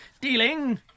Dealing